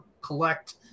collect